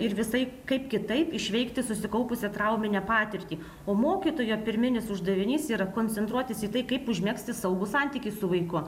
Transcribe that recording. ir visaip kaip kitaip išveikti susikaupusią trauminę patirtį o mokytojo pirminis uždavinys yra koncentruotis į tai kaip užmegzti saugų santykį su vaiku